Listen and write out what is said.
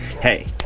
hey